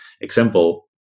example